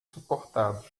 suportado